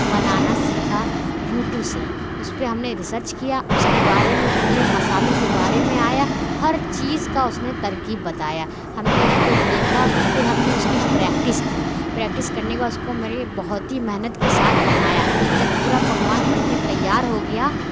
بنانا سیکھا یوٹو سے اُس پہ ہم نے ریسرچ کیا اُس کے بارے میں پورے مسالوں کے بارے آیا ہر چیز کا اُس نے ترکیب بتایا ہم نے اُس کو دیکھا پھر ہم نے اُس کی پریکٹس کی پریکٹس کرنے کے بعد اُس کو میں نے بہت ہی محنت کے ساتھ بنایا جب پورا پکوان بن کے تیار ہو گیا